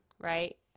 right